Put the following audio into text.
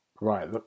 right